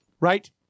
Right